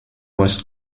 was